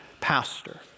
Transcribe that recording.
pastor